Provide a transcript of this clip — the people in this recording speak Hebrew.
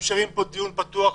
מאפשרים פה דיון פתוח.